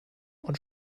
und